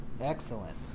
Excellent